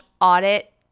audit